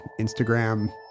Instagram